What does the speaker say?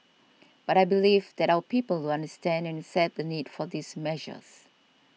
but I believe that our people will understand and accept the need for these measures